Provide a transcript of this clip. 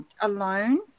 alone